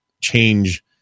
change